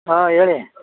ಆಂ ಹೇಳಿ